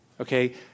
Okay